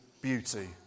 beauty